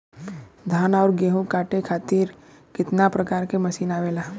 धान और गेहूँ कांटे खातीर कितना प्रकार के मशीन आवेला?